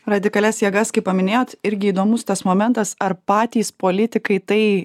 radikalias jėgas kaip paminėjot irgi įdomus tas momentas ar patys politikai tai